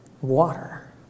water